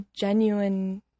genuine